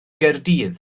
gaerdydd